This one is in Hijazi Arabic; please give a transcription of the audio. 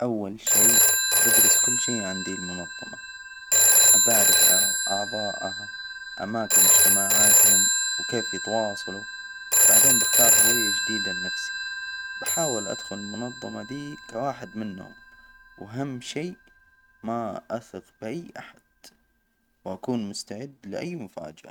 أول شي بدرس، كل شي عند المنظمة. أبعرف أعضائها، أماكن اجتماعاتهم، وكيف يتواصلوا بعدين بأختار هوية جديدة لنفسي، بحاول أدخل المنظمة دي كواحد منهم، وأهم شي ما أثق بأي أحد، وأكون مستعد لأي مفاجأة.